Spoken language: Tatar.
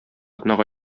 атнага